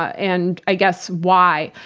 and, i guess, why?